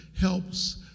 helps